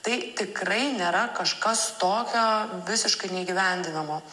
tai tikrai nėra kažkas tokio visiškai neįgyvendinamo